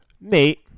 Nate